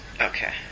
Okay